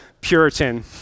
Puritan